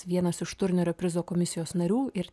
vienas iš turnerio prizo komisijos narių ir